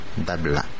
dabla